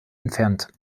entfernt